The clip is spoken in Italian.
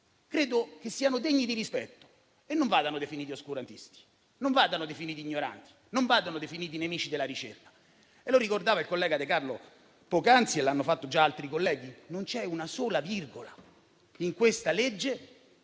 Credo che siano degni di rispetto e non vadano definiti oscurantisti, ignoranti e nemici della ricerca. Lo ricordava il collega De Carlo poc'anzi e l'hanno fatto già altri colleghi: non c'è una sola virgola in questo disegno